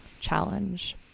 challenge